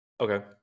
okay